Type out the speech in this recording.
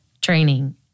training